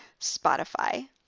Spotify